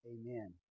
Amen